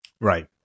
Right